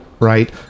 Right